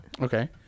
Okay